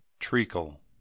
treacle